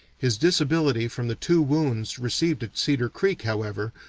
his disability from the two wounds received at cedar creek, however,